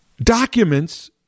documents